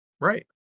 Right